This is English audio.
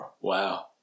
wow